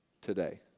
today